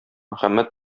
мөхәммәд